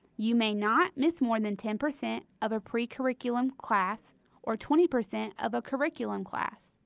you may not miss more than ten percent of a pre-curriculum class or twenty percent of a curriculum class.